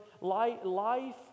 Life